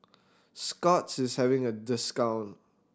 Scott's is having a discount